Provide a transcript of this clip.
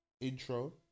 intro